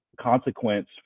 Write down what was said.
consequence